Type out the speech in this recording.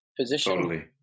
position